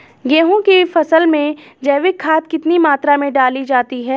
गेहूँ की फसल में जैविक खाद कितनी मात्रा में डाली जाती है?